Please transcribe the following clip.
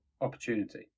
opportunity